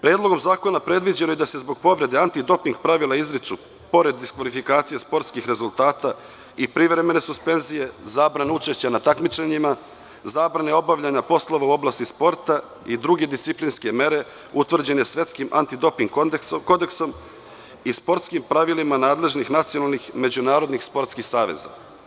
Predlogom zakona, predviđeno je da se zbog povrede antidoping pravila izriču, pored diskvalifikacija sportskih rezultata i privremene suspenzije, zabrane učešća na takmičenjima, zabrana obavljanja poslova u oblasti sporta i druge disciplinske mere utvrđene Svetskim antidoping kodeksom i sportskim pravilima nadležnih nacionalnih međunarodnih sportskih saveza.